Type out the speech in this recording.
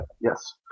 Yes